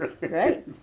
Right